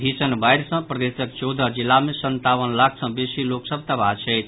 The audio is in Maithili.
भीषण बाढ़ि सँ प्रदेशक चौदह जिला मे संतावन लाख सँ बेसी लोक सभ तबाह छथि